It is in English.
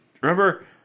remember